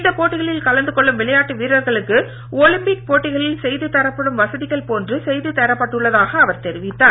இந்த போட்டிகளில் கலந்து கொள்ளும் விளையாட்டு வீரர்களுக்கு ஒலிம்பிக் போட்டிகளில் செய்து தரப்படும் வசதிகள் போன்று செய்து தரப்பட்டுள்ளதாக அவர் தெரிவித்தார்